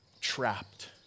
trapped